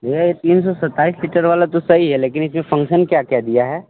भैया ये तीन सौ सत्ताईस फ़ीचर वाला तो सही है लेकिन इसमें फ़ंक्शन क्या क्या दिया है